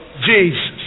Jesus